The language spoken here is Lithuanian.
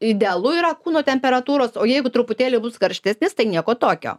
idealu yra kūno temperatūros o jeigu truputėlį bus karštesnis tai nieko tokio